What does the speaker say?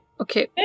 Okay